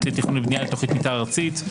לתכנון ולבנייה בדבר תוכנית מתאר ארצית,